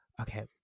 okay